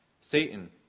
Satan